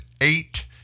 eight